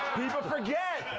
people forget,